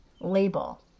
label